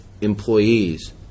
employees